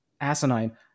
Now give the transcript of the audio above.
asinine